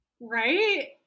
Right